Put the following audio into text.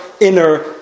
inner